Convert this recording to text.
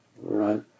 right